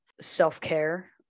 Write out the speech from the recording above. self-care